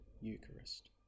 Eucharist